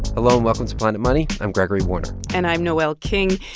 hello, and welcome to planet money. i'm gregory warner and i'm noel king.